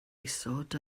isod